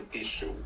issue